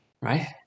right